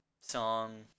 song